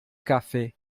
café